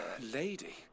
Lady